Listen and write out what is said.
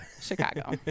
chicago